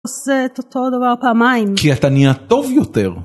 עושה את אותו דבר פעמיים. כי אתה נהיה טוב יותר.